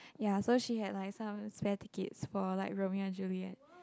ya so she had like some spare tickets for like Romeo and Juliet